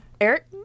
Eric